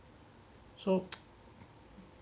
so